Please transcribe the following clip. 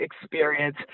experience